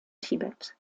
tibet